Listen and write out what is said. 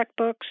checkbooks